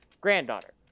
granddaughter